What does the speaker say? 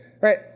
Right